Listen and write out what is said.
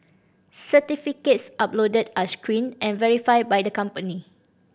certificates uploaded are screened and verified by the company